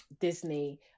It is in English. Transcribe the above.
Disney